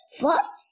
First